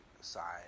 side